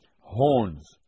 horns